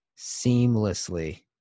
seamlessly